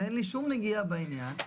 ואין לי שום נגיעה בעניין,